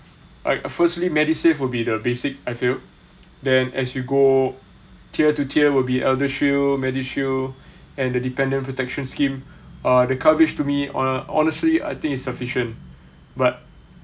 right firstly medisave will be the basic I feel then as you go tier to tier will be eldershield medishield and the dependent protection scheme uh the coverage to me ho~ honestly I think it's sufficient but